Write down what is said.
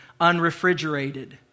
unrefrigerated